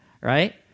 right